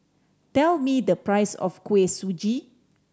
tell me the price of Kuih Suji